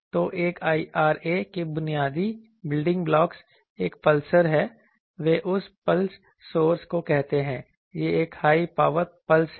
तो एक IRA के बुनियादी बिल्डिंग ब्लॉक एक पल्सर है वे उस पल्स सोर्स को कहते हैं यह एक हाई पावर पल्स है